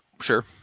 Sure